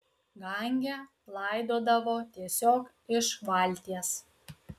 gange laidodavo tiesiog iš valties